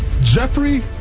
jeffrey